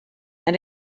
and